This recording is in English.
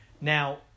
Now